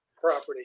property